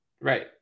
Right